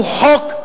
הוא חוק,